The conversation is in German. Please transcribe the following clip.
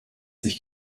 sich